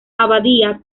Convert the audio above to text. abadía